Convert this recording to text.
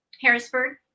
Harrisburg